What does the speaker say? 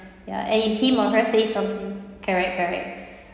ya and if him or her say some correct correct